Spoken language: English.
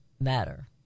matter